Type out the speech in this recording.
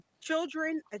Children